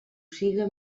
siga